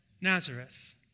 Nazareth